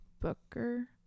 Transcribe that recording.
Booker